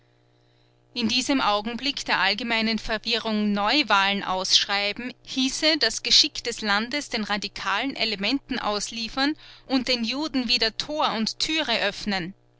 in diesem augenblick der allgemeinen verwirrung neuwahlen ausschreiben hieße das geschick des landes den radikalen elementen ausliefern und den juden wieder tor und türe öffnen